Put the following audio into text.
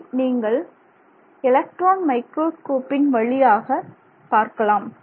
இதை நீங்கள் எலக்ட்ரான் மைக்ரோஸ்கோப்பின் வழியாக பார்க்கலாம்